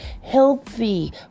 healthy